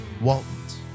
Waltons